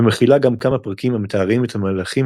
ומכילה גם כמה פרקים המתארים את המהלכיהם